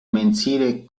mensile